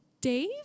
Dave